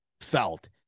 felt